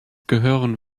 gehören